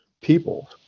people